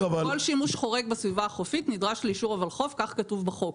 כל שימוש חורג בסביבה החופית נדרש לאישור הוולחו"ף כך כתוב בחוק.